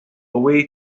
away